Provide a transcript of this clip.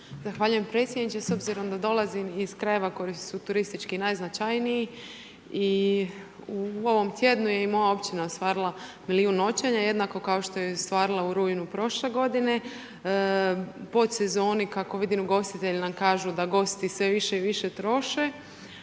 Zahvaljujem predsjedniče. S obzirom da dolazim iz krajeva koji su turistički najznačajniji i u ovom tjednu je i moja općina ostvarila milijun noćenja, jednako kao što je ostvarila u rujnu prošle godine. Pod sezoni, kako vidim ugostitelji nam kažu da gosti sve više i više troše,